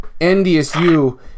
NDSU